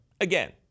again